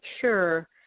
sure